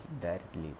directly